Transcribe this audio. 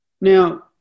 Now